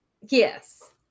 Yes